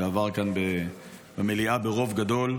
שעבר כאן במליאה ברוב גדול.